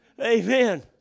Amen